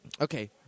Okay